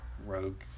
Rogue